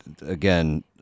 again